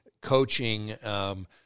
coaching